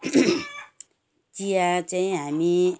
चिया चाहिँ हामी